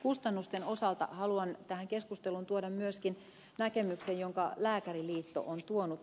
kustannusten osalta haluan tähän keskusteluun tuoda myöskin näkemyksen jonka lääkäriliitto on tuonut